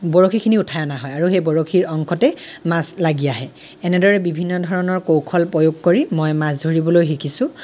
বৰশীখিনি উঠাই অনা হয় আৰু সেই বৰশীৰ অংশতেই মাছ লাগি আহে এনেদৰে বিভিন্ন ধৰণৰ কৌশল প্ৰয়োগ কৰি মই মাছ ধৰিবলৈ শিকিছোঁ